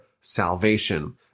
salvation